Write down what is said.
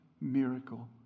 miracle